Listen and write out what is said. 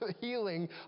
healing